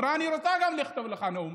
אמרה: גם אני רוצה לכתוב לך נאום.